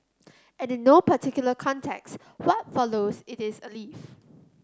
and in no particular context what follows it is a leaf